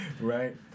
Right